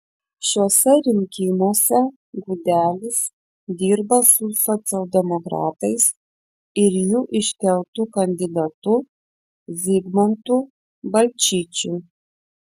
šiuose rinkimuose gudelis dirba su socialdemokratais ir jų iškeltu kandidatu zigmantu balčyčiu